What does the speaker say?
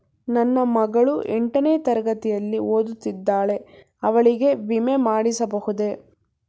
ನನ್ನ ಮಗಳು ಎಂಟನೇ ತರಗತಿಯಲ್ಲಿ ಓದುತ್ತಿದ್ದಾಳೆ ಅವಳಿಗೆ ವಿಮೆ ಮಾಡಿಸಬಹುದೇ?